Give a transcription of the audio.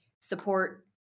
support